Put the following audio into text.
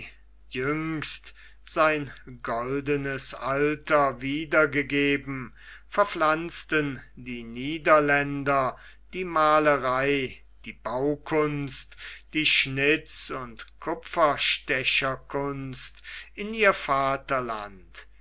jüngst sein goldnes alter wiedergegeben verpflanzten die niederländer die malerei die baukunst die schnitz und kupferstecherkunst in ihr vaterland